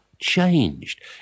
changed